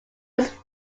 was